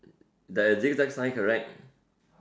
there is zigzag sign correct